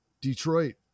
Detroit